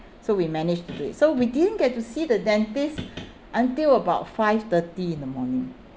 so we managed to do it so we didn't get to see the dentist until about five thirty in the morning